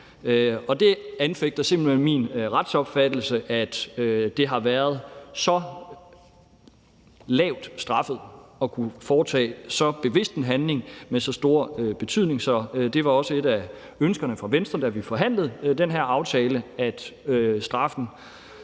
hen min retsopfattelse, at det har været så lavt straffet at kunne foretage så bevidst en handling med så stor betydning, så det var også et af ønskerne fra Venstre, da vi forhandlede den her aftale, at straffen